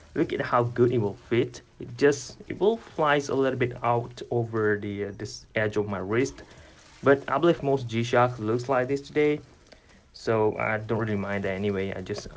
look at how good it will fit. it just. it will flies a little bit out over the and this edge of my wrist but i believe most g-shock looks like this today so i don't really mind anyway i just. so